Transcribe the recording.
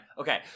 Okay